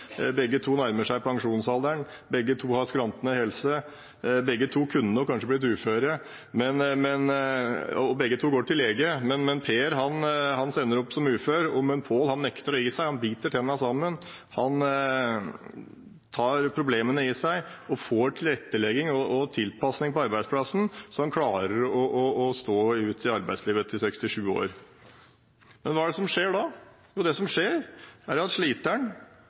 Begge to nærmer seg pensjonsalderen. Begge to har skrantende helse. Begge to kunne nok kanskje blitt uføre, og begge to går til lege. Per ender opp som ufør, mens Pål nekter å gi seg. Han biter tennene sammen og tar problemene i seg, får tilrettelegging og tilpasning på arbeidsplassen sånn at han klarer å stå i arbeidslivet til han er 67 år. Men hva er det som skjer da? Det som skjer, er at sliteren